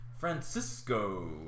Francisco